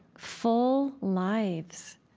full lives,